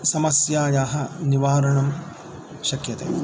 समस्यायाः निवारणं शक्यते